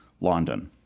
London